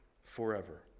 forever